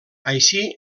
així